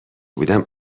بودم